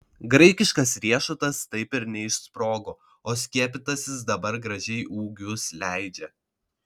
graikiškas riešutas taip ir neišsprogo o skiepytasis dabar gražiai ūgius leidžia